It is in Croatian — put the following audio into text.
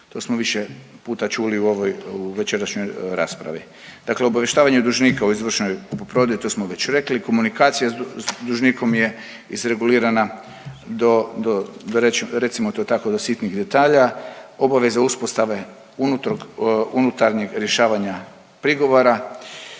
To smo više puta čuli u ovoj večerašnjoj raspravi. Dakle, obavještavanje dužnika o izvršenoj kupoprodaji to smo već rekli, komunikacija s dužnikom je izregulirana do, recimo to tako do sitnih detalja, obaveza uspostave unutarnjeg rješavanja prigovora,